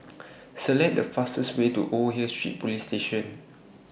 Select The fastest Way to Old Hill Street Police Station